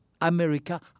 America